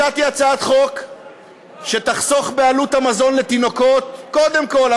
הצעתי הצעת חוק שתחסוך בעלות המזון לתינוקות קודם כול,